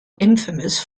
infamous